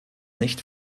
nicht